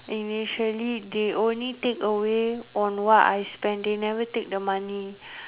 initially they only take away on what I spending never take the money